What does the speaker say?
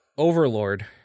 Overlord